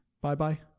bye-bye